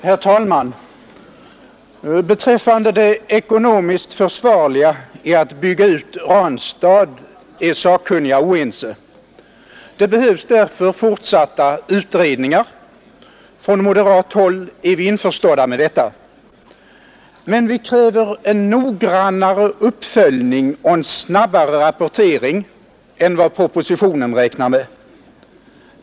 Herr talman! Beträffande det ekonomiskt försvarliga i att bygga ut Ranstad är sakkunniga oense. Det behövs därför fortsatta utredningar. På moderat håll är vi införstådda med detta. Vi kräver en noggrannare uppföljning och en snabbare rapportering än vad propositionen räknar med.